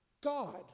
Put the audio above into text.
God